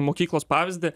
mokyklos pavyzdį